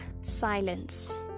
silence